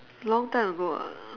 long time ago ah